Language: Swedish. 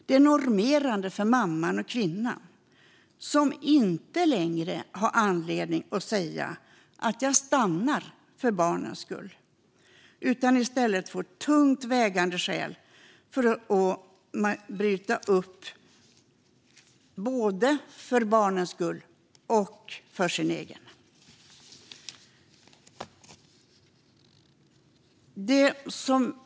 Det är normerande för mamman och kvinnan, som inte längre har anledning att stanna för barnens skull utan i stället får tungt vägande skäl att bryta upp för både barnens och sin egen skull.